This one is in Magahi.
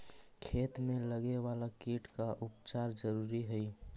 खेत में लगे वाला कीट का उपचार जरूरी हई